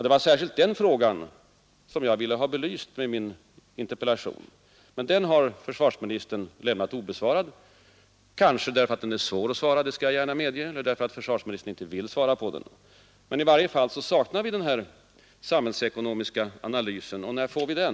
Det var särskilt den frågan som jag ville ha belyst med min interpellation, men den frågan har försvarsministern lämnat obesvarad, kanske därför att den är svår att besvara — det skall jag gärna medge eller därför att försvarsministern inte vill svara på den. I varje fall saknar vi den samhällsekonomiska analysen. När får vi den?